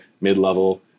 mid-level